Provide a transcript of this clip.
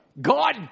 God